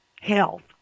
health